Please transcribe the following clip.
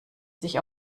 sich